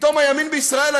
פתאום הימין בישראל,